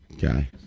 guy